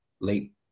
Late